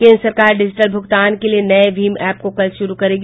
केन्द्र सरकार डिजीटल भूगतान के लिए नये भीम एप को कल शुरू करेगी